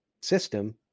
system